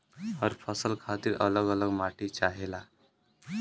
हर फसल खातिर अल्लग अल्लग माटी चाहेला